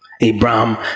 Abraham